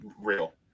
real